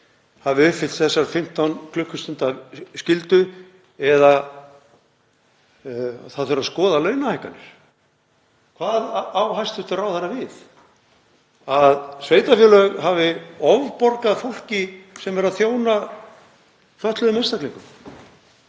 hafi uppfyllt þessa 15 klukkustunda skyldu eða það þurfi að skoða launahækkanir. Hvað á hæstv. ráðherra við? Að sveitarfélög hafi ofborgað fólki sem er að þjóna fötluðum einstaklingum?